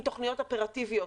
עם תוכניות אופרטיביות,